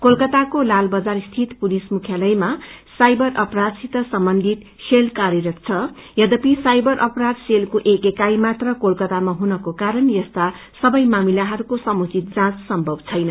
कोलक्रताको लाल बजारस्थित पुलिस मुख्यालयमा सावर अपराधसित सम्बन्धित सेलक्रे कार्यरत छ यद्यपि साइवर अपराध सेलको एक एकाई मात्र कोलकाता हुनको कारण यस्ता सबै मामिलाहरूको समुचित जाँच सम्थव छैन